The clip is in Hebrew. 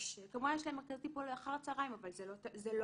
כמובן יש להם מרכזי טיפול אחר הצהריים אבל זה לא הפתרון,